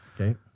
Okay